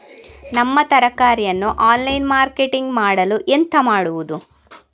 ನಮ್ಮ ತರಕಾರಿಯನ್ನು online marketing ಮಾಡಲು ಎಂತ ಮಾಡುದು?